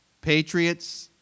Patriots